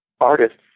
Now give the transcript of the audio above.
artists